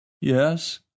Yes